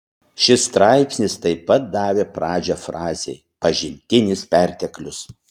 šis straipsnis taip pat davė pradžią frazei pažintinis perteklius